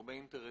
הרבה אינטרסים.